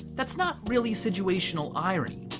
that's not really situational irony.